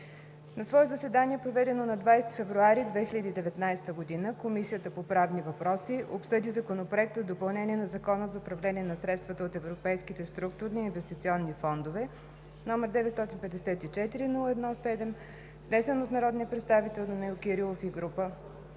На свое заседание, проведено на 20 февруари 2019 г., Комисията по правни въпроси обсъди Законопроект за допълнение на Закона за управление на средствата от европейските структурни и инвестиционни фондове, № 954-01-7, внесен от народния представител Данаил Кирилов и група